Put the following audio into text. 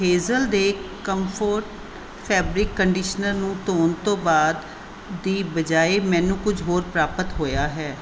Hazel ਦੇ Comfort fabric conditioner ਨੂੰ ਧੋਣ ਤੋਂ ਬਾਅਦ ਦੀ ਬਜਾਏ ਮੈਨੂੰ ਕੁਝ ਹੋਰ ਪ੍ਰਾਪਤ ਹੋਇਆ ਹੈ